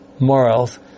morals